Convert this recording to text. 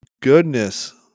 goodness